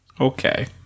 Okay